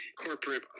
corporate